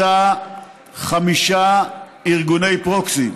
מריצה חמישה ארגוני proxy,